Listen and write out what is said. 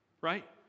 right